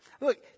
Look